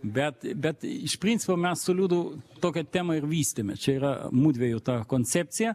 bet bet iš principo mes su liudu tokią temą ir vystėme čia yra mudviejų ta koncepcija